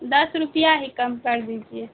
دس روپیہ ہی کم کر دیجیے